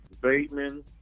Bateman